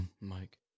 Mike